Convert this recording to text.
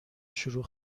شروع